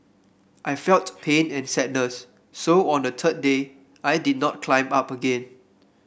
I felt pain and sadness so on the third day I did not climb up again